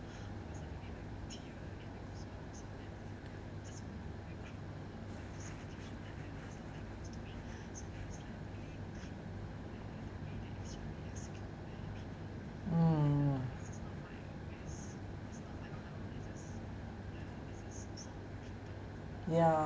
mm ya